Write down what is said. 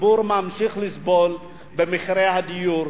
הציבור ממשיך לסבול במחיר הדיור,